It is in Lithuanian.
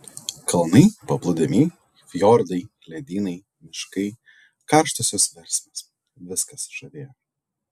kalnai paplūdimiai fjordai ledynai miškai karštosios versmės viskas žavėjo